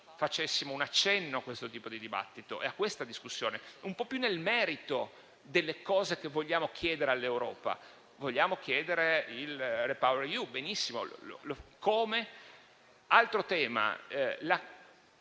facessimo un accenno a questo dibattito, a questa discussione, un po' più nel merito delle cose che vogliamo chiedere all'Europa. Vogliamo chiedere il REPowerEU? Benissimo: come? Altro tema: